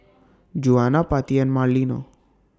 Juana Patti and Marlena